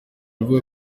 avuga